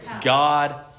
God